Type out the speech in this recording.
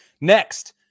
Next